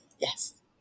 Yes